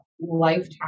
lifetime